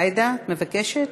עאידה, מבקשת?